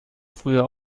früher